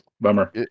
bummer